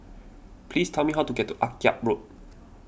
please tell me how to get to Akyab Road